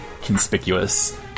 conspicuous